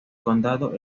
condado